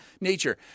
nature